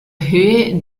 höhe